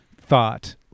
thought